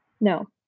no